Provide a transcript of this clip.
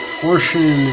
portion